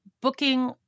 booking